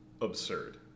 absurd